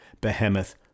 behemoth